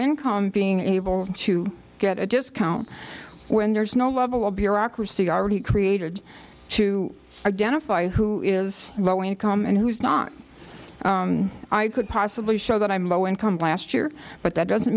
income being able to get a discount when there's no level of bureaucracy already created to identify who is low income and who's not i could possibly show that i'm low income last year but that doesn't